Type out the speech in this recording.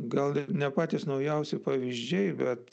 gal ne patys naujausi pavyzdžiai bet